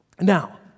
Now